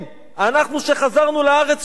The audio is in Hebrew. אנחנו, שחזרנו לארץ שלנו,